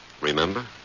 remember